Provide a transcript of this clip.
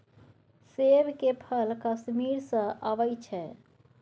सेब के फल कश्मीर सँ अबई छै